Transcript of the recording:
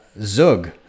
Zug